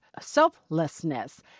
selflessness